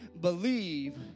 believe